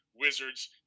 Wizards